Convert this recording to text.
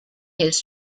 his